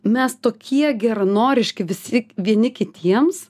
mes tokie geranoriški visi vieni kitiems